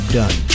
done